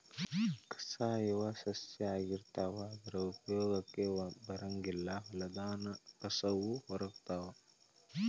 ಕಸಾ ಇವ ಸಸ್ಯಾ ಆಗಿರತಾವ ಆದರ ಉಪಯೋಗಕ್ಕ ಬರಂಗಿಲ್ಲಾ ಹೊಲದಾನ ಕಸುವ ಹೇರಕೊತಾವ